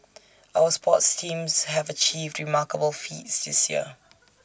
our sports teams have achieved remarkable feats this year